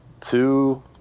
two